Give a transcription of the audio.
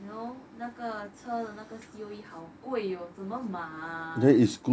you know 那个车的那个 C_O_E 好贵哦怎么